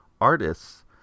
artists